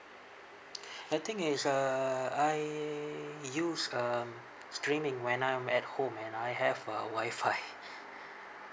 I think it's uh I use um streaming when I'm at home and I have uh wi-fi